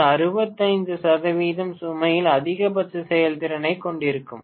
இது 65 சுமையில் அதிகபட்ச செயல்திறனைக் கொண்டிருக்கும்